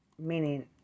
Meaning